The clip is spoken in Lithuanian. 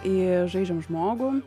į žaidžiam žmogų